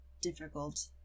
difficult